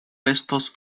restos